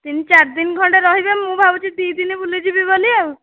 ତିନ ଚାରିଦିନ ଖଣ୍ଡେ ରହିବେ ମୁଁ ଭାବୁଛି ଦୁଇ ଦିନ ବୁଲିଯିବି ବୋଲି ଆଉ